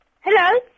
Hello